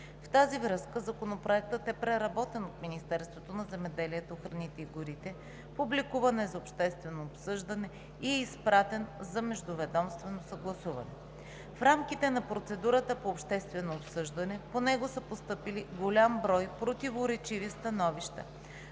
В тази връзка Законопроектът е преработен от Министерството на земеделието, храните и горите, публикуван е за обществено обсъждане и е изпратен за междуведомствено съгласуване. В рамките на процедурата по обществено обсъждане по него са постъпили голям брой противоречиви становища